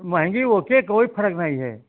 महंगी ओके कोई फर्क नहीं है